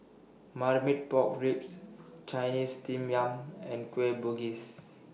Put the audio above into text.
Marmite Pork Ribs Chinese Steamed Yam and Kueh Bugis